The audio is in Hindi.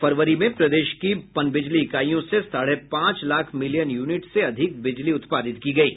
फरवरी में प्रदेश की पनबिजली इकाईयों से साढ़े पांच लाख मिलियन यूनिट से अधिक बिजली उत्पादित की गयी